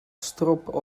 strobe